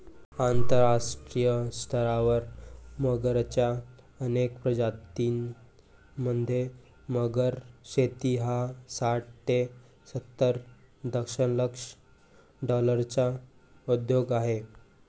आंतरराष्ट्रीय स्तरावर मगरच्या अनेक प्रजातीं मध्ये, मगर शेती हा साठ ते सत्तर दशलक्ष डॉलर्सचा उद्योग आहे